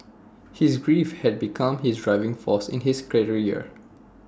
his grief had become his driving force in his career